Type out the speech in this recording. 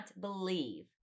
believe